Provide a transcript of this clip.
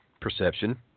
perception